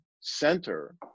center